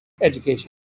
education